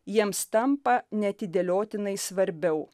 jiems tampa neatidėliotinai svarbiau